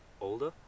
older